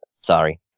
Sorry